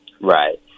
Right